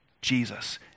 Jesus